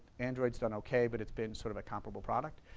android's done okay, but it's been sort of a comparable product.